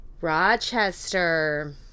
Rochester